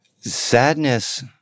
Sadness